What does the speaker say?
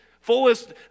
fullest